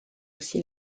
aussi